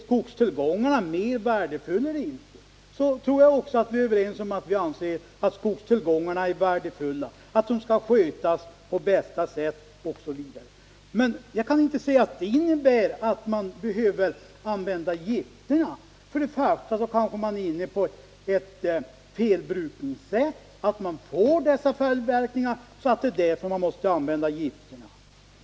Jag tror att vi är överens om att skogstillgångarna är värdefulla och att de skall skötas på bästa sätt. Men jag kan inte inse att detta innebär att man behöver använda gifter. Man är kanske inne på ett brukningssätt, som gör att man får dessa följder och därför måste använda gifter.